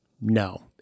No